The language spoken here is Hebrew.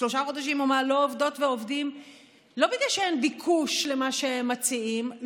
שלושה חודשים לא עובדות ועובדים לא כי אין ביקוש למה שהם מציעים,